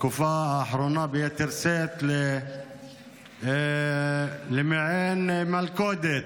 ובתקופה האחרונה ביתר שאת, למעין מלכודת